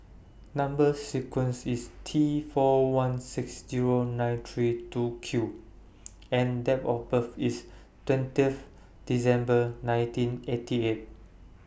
Number sequence IS T four one six Zero nine three two Q and Date of birth IS twenty December nineteen eighty eight